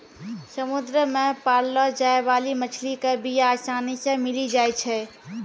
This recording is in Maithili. समुद्र मे पाललो जाय बाली मछली के बीया आसानी से मिली जाई छै